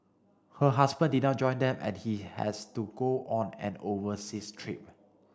her husband did not join them as he has to go on an overseas trip